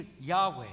Yahweh